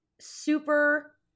super